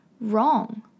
wrong